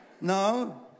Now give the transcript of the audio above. No